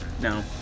No